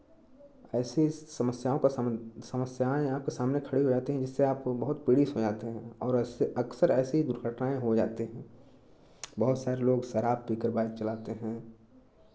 ऐसी समस्याओं का समस्याएँ आपके सामने खड़ी हो जाती हैं जिससे आपको बहुत पीड़ित हो जाते हैं और अक्सर ऐसी ही दुर्घटनाएँ हो जाती हैं बहुत सारे लोग शराब पीकर बाइक चलाते हैं